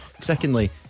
Secondly